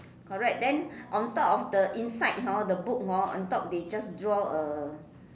correct then on top of the inside hor the book hor on top they just draw a